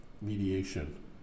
mediation